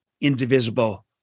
indivisible